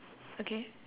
okay